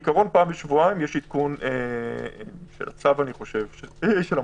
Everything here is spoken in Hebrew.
בעיקרון פעם בשבועיים יש עדכון של הצו של המנכ"ל,